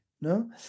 No